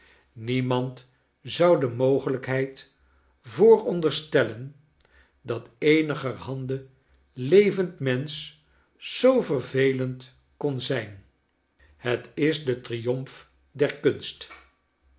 niemand zou de mogelijkheid vooronderstellen dat eenigerhande levend mensch zoo vervelend kon zijn het is de triomf der kunst